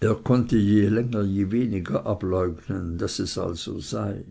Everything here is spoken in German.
er konnte je länger je weniger ableugnen daß es also sei